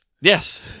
Yes